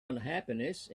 unhappiness